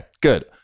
good